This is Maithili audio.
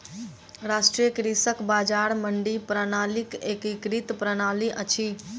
राष्ट्रीय कृषि बजार मंडी प्रणालीक एकीकृत प्रणाली अछि